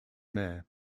mayor